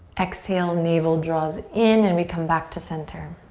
exhale, navel draws in and we come back to center.